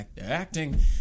acting